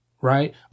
Right